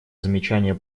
замечания